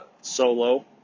solo